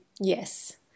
yes